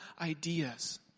ideas